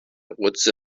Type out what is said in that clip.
قدسی